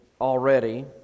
already